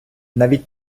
навіть